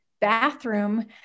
bathroom